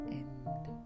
end